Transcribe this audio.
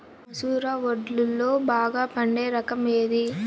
మసూర వడ్లులో బాగా పండే రకం ఏది?